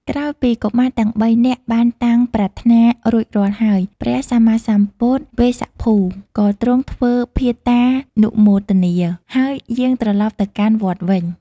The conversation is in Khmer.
ក្រោយពីកុមារទាំងបីនាក់បានតាំងប្រាថ្នារួចរាល់ហើយ ព្រះសម្មាសម្ពុទ្ធវេស្សភូ ក៏ទ្រង់ធ្វើភត្តានុមោទនា ហើយយាងត្រឡប់ទៅកាន់វត្តវិញ។